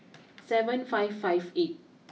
seven five five eight